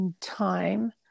time